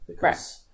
Right